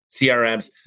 CRMs